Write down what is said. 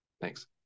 Thanks